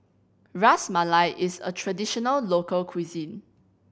Ras Malai is a traditional local cuisine